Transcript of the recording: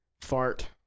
Fart